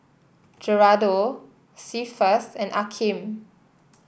Geraldo Cephus and Akeem